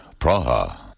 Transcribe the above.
Praha